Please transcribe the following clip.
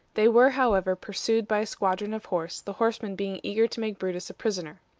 they were, however, pursued by a squadron of horse, the horsemen being eager to make brutus a prisoner.